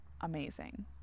amazing